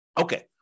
Okay